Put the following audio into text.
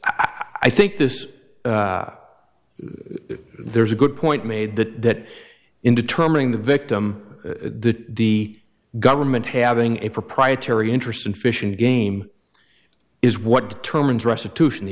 i think this there's a good point made that in determining the victim that the government having a proprietary interest in fish and game is what determines restitution the